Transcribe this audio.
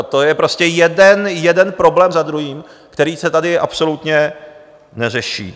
To je prostě jeden problém za druhým, který se tady absolutně neřeší.